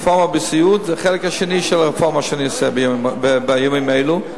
הרפורמה בסיעוד היא החלק השני של הרפורמה שאני עושה בימים אלו.